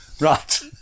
Right